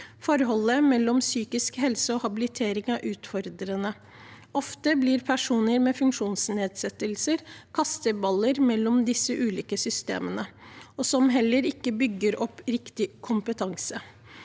Forholdet mellom psykisk helse og habilitering er utfordrende. Ofte blir personer med funksjonsnedsettelser kasteballer mellom disse ulike systemene, som heller ikke bygger opp riktig kompetanse.